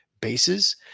bases